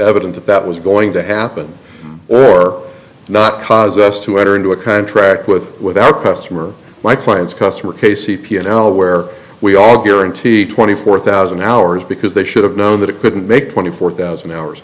that that was going to happen or not cause us to enter into a contract with with our customer my clients customer casey piano where we all guarantee twenty four thousand hours because they should have known that it couldn't make twenty four thousand hours